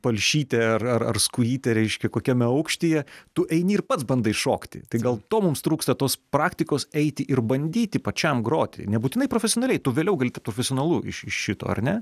palšytė ar ar skujytė reiškia kokiame aukštyje tu eini ir pats bandai šokti tai gal to mums trūksta tos praktikos eiti ir bandyti pačiam groti nebūtinai profesionaliai tu vėliau gali tapt profesionalu iš iš šito ar ne